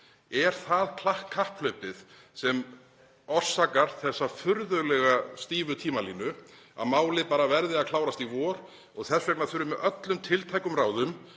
Er það kapphlaupið sem orsakar þessa furðulega stífu tímalínu, að málið verði bara að klárast í vor og þess vegna þurfi með öllum tiltækum ráðum